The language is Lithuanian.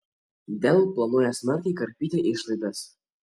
dell planuoja smarkiai karpyti išlaidas